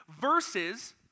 versus